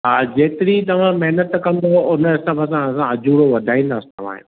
हा जेतिरी तव्हां महिनत कंदव उन हिसाब सां असां उजूरो वधाईंदासीं तव्हां जो